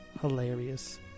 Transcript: hilarious